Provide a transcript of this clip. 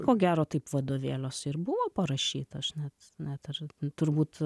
ko gero taip vadovėliuose ir buvo parašyta aš net net ir turbūt